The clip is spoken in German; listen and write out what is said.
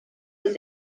des